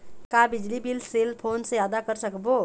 का बिजली bill cell phone से आदा कर सकबो?